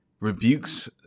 rebukes